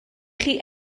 chi